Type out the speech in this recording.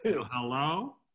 Hello